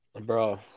Bro